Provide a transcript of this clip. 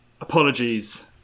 Apologies